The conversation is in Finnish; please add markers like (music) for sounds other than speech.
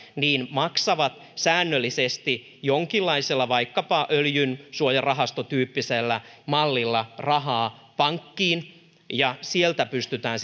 maksavat säännöllisesti jonkinlaisella vaikkapa öljysuojarahastotyyppisellä mallilla rahaa pankkiin ja sieltä pystytään (unintelligible)